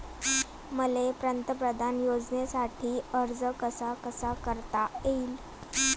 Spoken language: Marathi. मले पंतप्रधान योजनेसाठी अर्ज कसा कसा करता येईन?